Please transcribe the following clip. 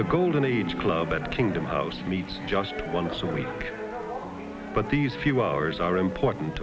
the golden age club and kingdom house needs just once a week but these few hours are important